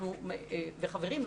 וחברים,